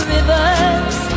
Rivers